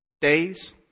Days